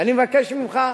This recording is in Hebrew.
ואני מבקש ממך,